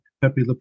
Pepe